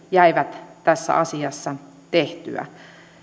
jäivät tässä asiassa